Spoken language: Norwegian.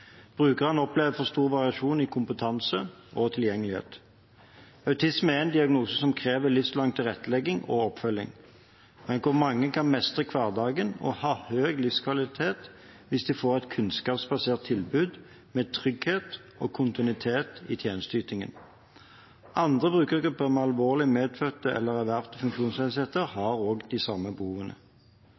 Brukerne opplever for stor variasjon i kompetanse og tilgjengelighet. Autisme er en diagnose som krever livslang tilrettelegging og oppfølging, men hvor mange kan mestre hverdagen og ha høy livskvalitet hvis de får et kunnskapsbasert tilbud med trygghet og kontinuitet i tjenesteytingen. Andre brukergrupper med alvorlig medfødte eller ervervede funksjonsnedsettelser har også de samme behovene.